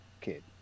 kid